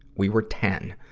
we were ten.